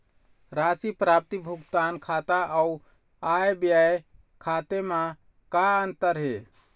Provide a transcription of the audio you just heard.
राशि प्राप्ति भुगतान खाता अऊ आय व्यय खाते म का अंतर हे?